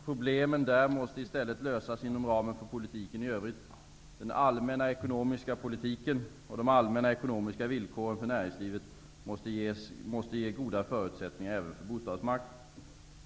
Problemen där måste i stället lösas inom ramen för politiken i övrigt. Den allmänna ekonomiska politiken och de allmänna ekonomiska villkoren för näringslivet måste ge goda förutsättningar även för bostadsmarknaden.